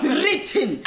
written